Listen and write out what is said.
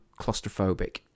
claustrophobic